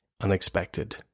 unexpected